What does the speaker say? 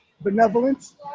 benevolence